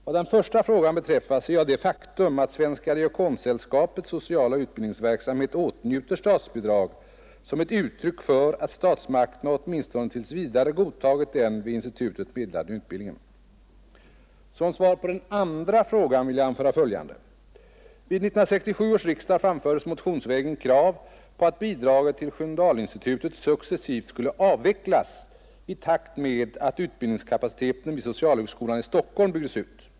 Vad den första frågan beträffar ser jag det faktum att Svenska diakonsällskapets sociala utbildningsverksamhet åtnjuter statsbidrag som ett uttryck för att statsmakterna åtminstone tills vidare godtagit den vid institutet meddelade utbildningen. Som svar på den andra frågan vill jag anföra följande. Vid 1967 års riksdag framfördes motionsvägen krav på att bidraget till Sköndalsinstitutet successivt skulle avvecklas i takt med att utbildningskapaciteten vid socialhögskolan i Stockholm byggdes ut.